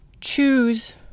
choose